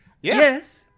Yes